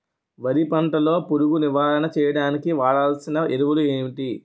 వరి పంట లో పురుగు నివారణ చేయడానికి వాడాల్సిన ఎరువులు ఏంటి?